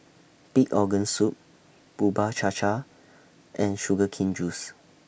Pig Organ Soup Bubur Cha Cha and Sugar Cane Juice